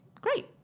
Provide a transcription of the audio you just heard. Great